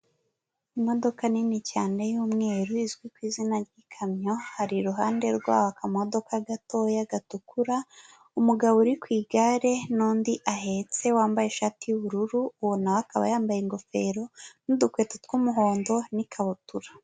Imodoka nini cyane y'umweru izwi ku izina ry'ikamyo, hari iruhande rwaho akamodoka gatoya gatukura, umugabo uri ku igare n'undi ahetse wambaye ishati y'ubururu, uwo nawe akaba yambaye ingofero n'udukweto tw'umuhondo n'ikabutura.